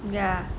ya